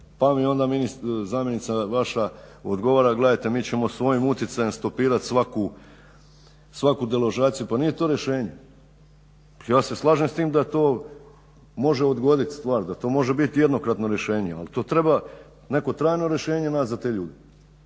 pa mi onda zamjenica vaša odgovara gledajte mi ćemo svojim utjecajem stopirat svaku deložaciju. Pa nije to rješenje! Ja se slažem s tim da to može odgodit stvar, da to može biti jednokratno rješenje ali to treba neko trajno rješenje nać' za te ljude.